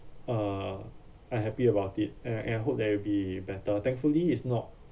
uh unhappy about it and and I hope that it'll be better thankfully is not